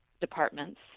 departments